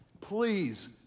Please